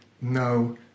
no